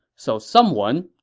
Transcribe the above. so someone,